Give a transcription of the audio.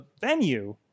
venue